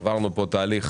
עברנו פה תהליך